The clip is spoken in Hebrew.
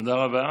תודה רבה.